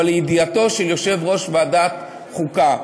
אבל לידיעתו של יושב-ראש ועדת חוקה.